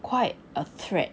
quite a threat